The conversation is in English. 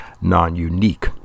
non-unique